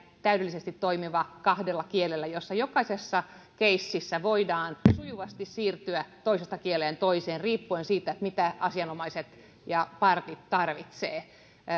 täydellisesti kahdella kielellä toimivat tuomioistuimet joissa jokaisessa keississä voidaan sujuvasti siirtyä toisesta kielestä toiseen riippuen siitä mitä asianomaiset ja partit tarvitsevat